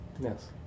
Yes